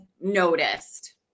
noticed